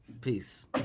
peace